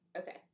Okay